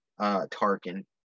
Tarkin